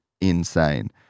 insane